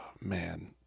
Man